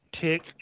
tick